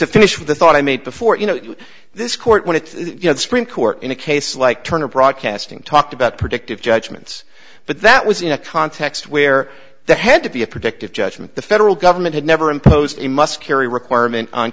to finish the thought i made before you know this court when it you know the supreme court in a case like turner broadcasting talked about predictive judgments but that was in a context where the had to be a predictive judgment the federal government had never imposed a must carry requirement on